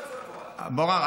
אבו עראר,